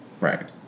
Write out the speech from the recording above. right